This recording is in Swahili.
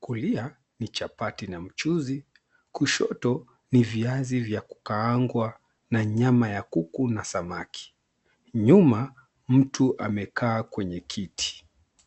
kulia ni chapati na mchuzi kushoto ni viazi vya kukaanga na nyama ya kuku na samaki nyuma mtu amekaa kwenye kiti.